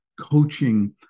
coaching